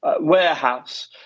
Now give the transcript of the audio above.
warehouse